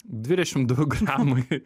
dvidešimt du gramai